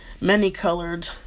many-colored